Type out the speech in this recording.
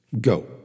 Go